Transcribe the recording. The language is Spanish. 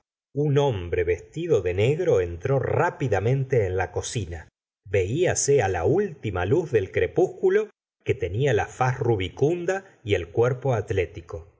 un hombre vestido de negro entró rápidamente en la cocina velase la última luz del crepúsculo que tenia la faz rubicunda y el cuerpo atlético